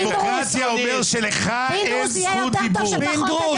דמוקרטיה זה אומר שאין לך זכות דיבור...